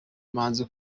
umuhanzi